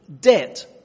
Debt